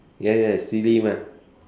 ya ya silly mah